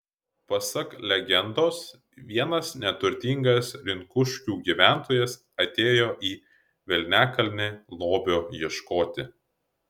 pasak legendos vienas neturtingas rinkuškių gyventojas atėjo į velniakalnį lobio ieškoti